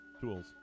Tools